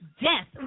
Death